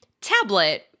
Tablet